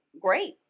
Great